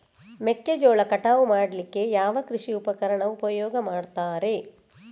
ಮೆಕ್ಕೆಜೋಳ ಕಟಾವು ಮಾಡ್ಲಿಕ್ಕೆ ಯಾವ ಕೃಷಿ ಉಪಕರಣ ಉಪಯೋಗ ಮಾಡ್ತಾರೆ?